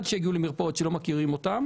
כשיגיעו למרפאות בהן לא מכירים אותם